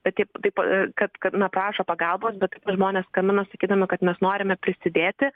bet taip taip kad kad na prašo pagalbos bet bet žmonės skambina sakydami kad mes norime prisidėti